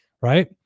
right